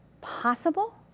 possible